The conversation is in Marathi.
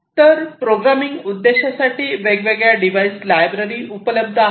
तर प्रोग्रामिंग उद्देशासाठी वेगवेगळ्या डिव्हाइस लायब्ररी उपलब्ध आहेत